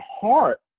heart